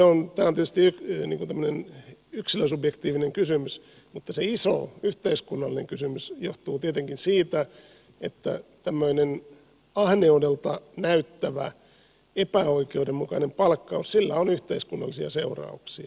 no okei tämä on tietysti tämmöinen yksilösubjektiivinen kysymys mutta se iso yhteiskunnallinen kysymys johtuu tietenkin siitä että tämmöisellä ahneudelta näyttävällä epäoikeudenmukaisella palkkauksella on yhteiskunnallisia seurauksia